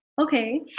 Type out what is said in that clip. Okay